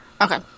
Okay